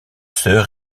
sœur